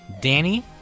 Danny